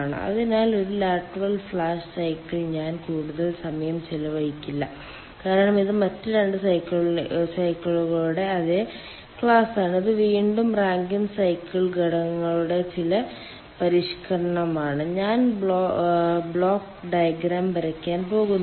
അതിനാൽ ഒരു trilateral flash cycle ഞാൻ കൂടുതൽ സമയം ചിലവഴിക്കില്ല കാരണം ഇത് മറ്റ് രണ്ട് സൈക്കിളുകളുടെ അതേ ക്ലാസാണ് ഇത് വീണ്ടും റാങ്കിൻ സൈക്കിൾ ഘടകങ്ങളുടെ ചില പരിഷ്ക്കരണമാണ് ഞാൻ ബ്ലോക്ക് ഡയഗ്രം വരയ്ക്കാൻ പോകുന്നില്ല